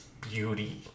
beauty